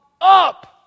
Up